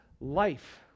life